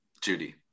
Judy